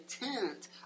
intent